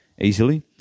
easily